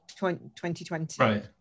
2020